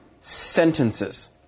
sentences